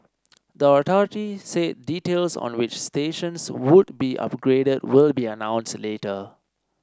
the authority said details on which stations would be upgraded will be announced later